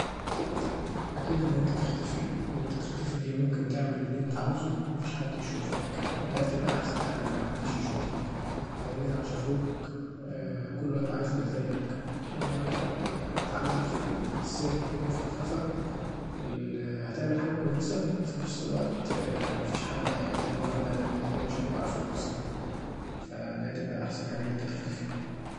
أكيد ان انتي تختفي، ان انت تختفي دي ممكن تعمل اللي انت عاوزه ومفيش حد يشوفك ودا هتبقي احسن حاجه ان محدش يشوفك لان لو شافوك كله هيبقي عايز يبقي زيك انما لو اتعمل في السر كدا وفي الخفا هتعمل حاجه كويسه وفي نفس الوقت مفيش حد هيحب ان هو ياخدها منك لان مش هيبقوا عارفين اصلا فدي هتبقي احسن حاجه ان انت تختفي.